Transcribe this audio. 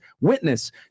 witness